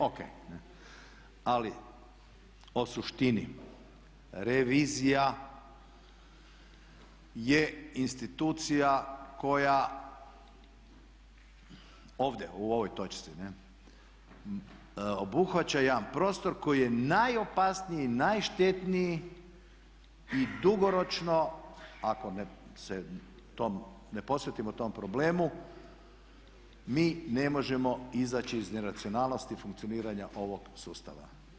O.k. ali o suštini revizija je institucija koja ovdje u ovoj točci, ne, obuhvaća jedan prostor koji je najopasniji, najštetniji i dugoročno ako se ne posvetimo tom problemu mi ne možemo izaći iz neracionalnosti funkcioniranja ovog sustava.